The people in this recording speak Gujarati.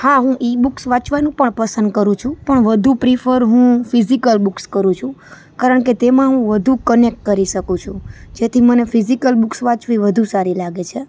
હા હું ઈ બુક્સ વાંચવાનું પણ પસંદ કરું છું પણ વધુ પ્રિફર હું ફિઝિકલ બુક્સ કરું છું કારણ કે તેમાં હું વધુ કનેક્ટ કરું શકું છું તેનાથી મને ફિઝિકલ બુક્સ વાંચવી વધુ સારી લાગે છે